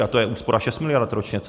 A to je úspora 6 miliard ročně cca.